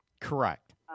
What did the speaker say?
Correct